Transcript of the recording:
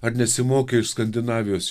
ar nesimokė iš skandinavijos